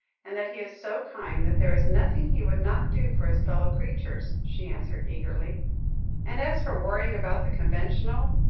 and that he is so kind that there is nothing he would not do for his fellow creatures, she answered eagerly and as for worrying about the conventional,